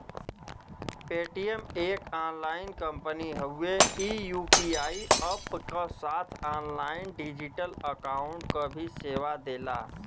Paytm एक online company हउवे ई यू.पी.आई अप्प क साथ ऑनलाइन डिजिटल अकाउंट क भी सेवा देला